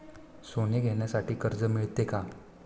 सोने घेण्यासाठी कर्ज मिळते का?